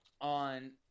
on